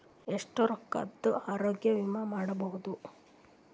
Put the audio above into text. ಎಷ್ಟ ರೊಕ್ಕದ ಆರೋಗ್ಯ ವಿಮಾ ಮಾಡಬಹುದು?